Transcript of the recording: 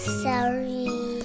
sorry